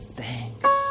thanks